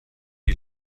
die